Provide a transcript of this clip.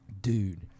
Dude